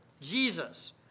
Jesus